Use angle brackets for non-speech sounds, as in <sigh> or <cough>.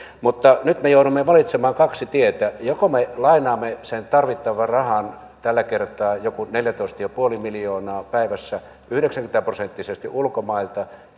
mutta nyt me joudumme valitsemaan kaksi tietä joko me lainaamme sen tarvittavan rahan tällä kertaa joku neljätoista pilkku viisi miljoonaa päivässä yhdeksänkymmentä prosenttisesti ulkomailta <unintelligible>